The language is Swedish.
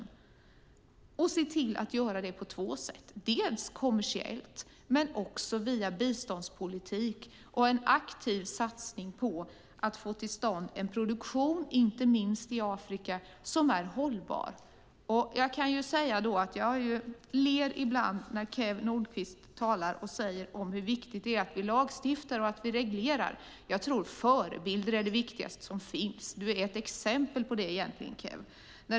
Vi ska se till att göra det på två sätt, dels kommersiellt, dels via biståndspolitiken och en aktiv satsning på att få till stånd en produktion, inte minst i Afrika, som är hållbar. Jag ler ibland när Kew Nordqvist talar om hur viktigt det är att vi lagstiftar och reglerar. Jag tror att förebilder är det viktigaste som finns. Du är egentligen ett exempel på det, Kew.